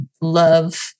love